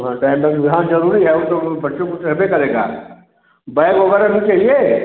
हाँ काहे विभाग जरूरी है वह तो बच्चों चहबे करेगा बैग वग़ैरह भी चाहिए